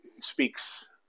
speaks